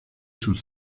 sul